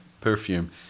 perfume